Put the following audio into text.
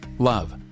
Love